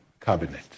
cabinet